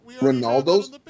Ronaldo's